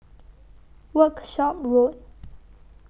Workshop Road